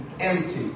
empty